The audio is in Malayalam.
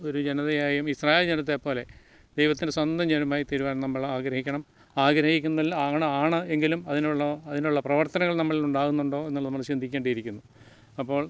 ഒരു ജനതയായും ഇസ്രായേൽ ജനത്തെപോലെ ദൈവത്തിൻ്റെ സ്വന്തം ജനമായിത്തീരുവാൻ നമ്മൾ ആഗ്രഹിക്കണം ആഗ്രഹിക്കുന്നതിൽ ആകണം ആണ് എങ്കിലും അതിനുള്ള അതിനുള്ള പ്രവർത്തനങ്ങൾ നമ്മളിൽ ഉണ്ടാകുന്നുണ്ടോ എന്നുള്ളത് നമ്മൾ ചിന്തിക്കേണ്ടിയിരിക്കുന്നു അപ്പോൾ